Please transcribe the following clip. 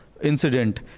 incident